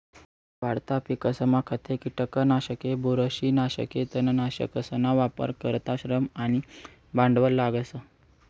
वाढता पिकसमा खते, किटकनाशके, बुरशीनाशके, तणनाशकसना वापर करता श्रम आणि भांडवल लागस